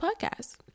podcast